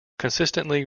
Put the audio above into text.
consistently